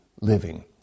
living